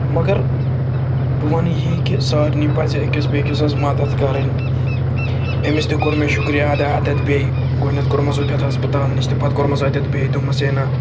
مگر بہٕ وَنہٕ یی کہِ سارنٕے پَزِ أکِس بیٚکِس سٕنٛز مَدَتھ کَرٕنۍ أمِس تہِ کوٚر مےٚ شُکریہ اَد اَتٮ۪تھ بیٚیہِ گۄڈنٮ۪تھ کوٚرمَس ہوٚتٮ۪تھ ہَسپَتال نِش تہٕ پَتہٕ کوٚرمَس اَتٮ۪تھ بیٚیہِ دوٚپمس ہے نَہ